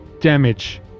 damage